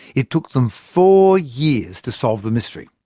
it took them four years to solve the mystery.